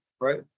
right